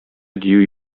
дию